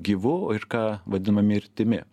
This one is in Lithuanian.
gyvu ir ką vadiname mirtimi